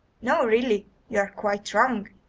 no really you are quite wrong.